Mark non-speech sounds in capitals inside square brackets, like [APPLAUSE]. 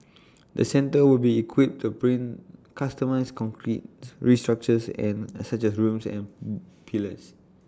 the centre will be equipped to print customised concrete structures and A such as rooms and [HESITATION] pillars